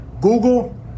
Google